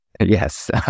Yes